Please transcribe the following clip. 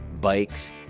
bikes